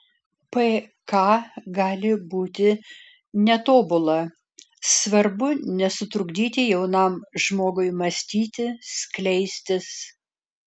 pk gali būti netobula svarbu nesutrukdyti jaunam žmogui mąstyti skleistis